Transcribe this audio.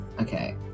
Okay